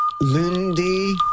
Lindy